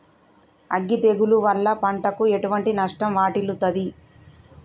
అగ్గి తెగులు వల్ల పంటకు ఎటువంటి నష్టం వాటిల్లుతది?